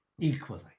equally